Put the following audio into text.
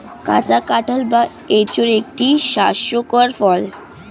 কাঁচা কাঁঠাল বা এঁচোড় একটি স্বাস্থ্যকর ফল